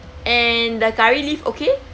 and the curry leaf okay